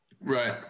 Right